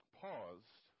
paused